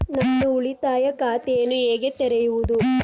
ನಾನು ಉಳಿತಾಯ ಖಾತೆಯನ್ನು ಹೇಗೆ ತೆರೆಯುವುದು?